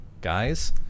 guys